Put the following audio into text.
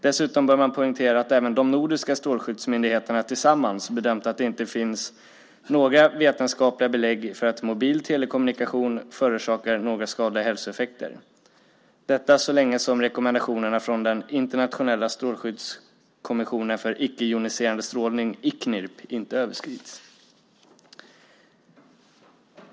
Dessutom bör man poängtera att även de nordiska strålskyddsmyndigheterna tillsammans bedömt att det inte finns några vetenskapliga belägg för att mobil telekommunikation förorsakar några skadliga hälsoeffekter. Detta gäller så länge som rekommendationerna från den internationella strålskyddskommissionen för icke-joniserande strålning, Icnirp, inte överskrids.